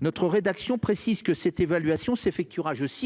Notre rédaction précise que cette évaluation s'effectuera « au